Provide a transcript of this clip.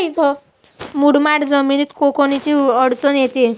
मुरमाड जमीनीत कोनकोनची अडचन येते?